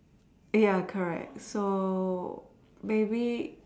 ya correct so maybe